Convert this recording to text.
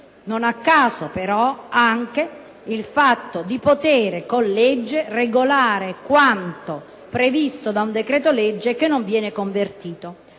Non a caso, però, anche il fatto di potere, con legge, regolare quanto previsto da un decreto-legge che non viene convertito.